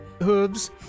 Hooves